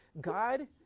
God